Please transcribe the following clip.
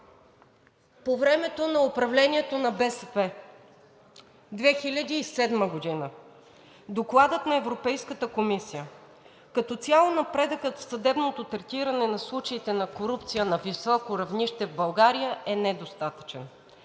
По времето на управлението на БСП 2007 г. – Докладът на Европейската комисия: „Като цяло напредъкът в съдебното третиране на случаите на корупция на високо равнище в България е недостатъчен.“